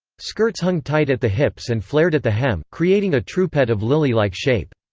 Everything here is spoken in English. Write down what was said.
skirts hung tight at the hips and flared at the hem, creating a trupet of lily-like shape.